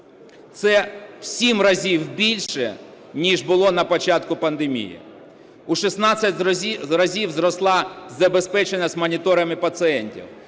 Це в 7 разів більше, ніж було на початку пандемії. У 16 разів зросла забезпеченість моніторами пацієнтів,